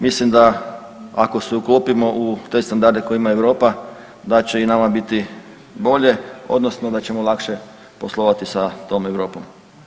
Mislim da ukoliko se uklopimo u te standarde koje ima Europa da će i nama biti bolje, odnosno da ćemo lakše poslovati sa tom Europom.